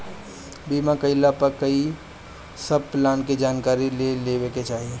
बीमा कईला पअ इ सब प्लान के जानकारी ले लेवे के चाही